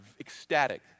ecstatic